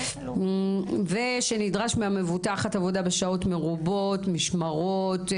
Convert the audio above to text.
ושנדרש מהמבוטחת עבודה בשעות מרובות, משמרות,